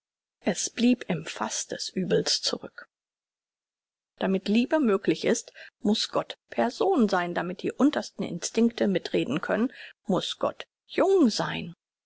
zurück damit liebe möglich ist muß gott person sein damit die untersten instinkte mitreden können muß gott jung sein